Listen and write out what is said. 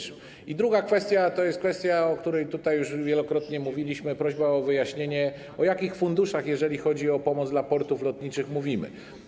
I druga kwestia, o której tutaj już wielokrotnie mówiliśmy, to prośba o wyjaśnienie, o jakich funduszach, jeżeli chodzi o pomoc dla portów lotniczych, mówimy.